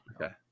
Okay